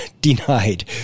denied